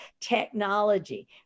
technology